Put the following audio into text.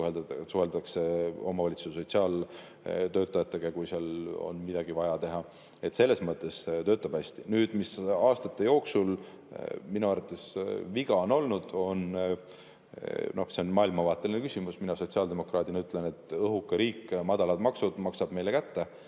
suheldakse omavalitsuste sotsiaaltöötajatega, kui seal on midagi vaja teha. Selles mõttes töötab hästi. Nüüd, mis aastate jooksul minu arvates viga on olnud – see on maailmavaateline küsimus –, mina sotsiaaldemokraadina ütlen, et õhuke riik, madalad maksud maksavad meile kätte.